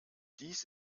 dies